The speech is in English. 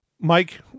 Mike